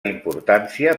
importància